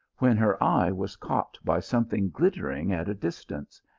when her eye was caught by something glittering at a distance,